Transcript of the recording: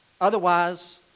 Otherwise